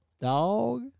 Dog